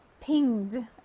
pinged